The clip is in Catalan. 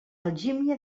algímia